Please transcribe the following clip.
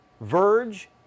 verge